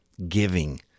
Giving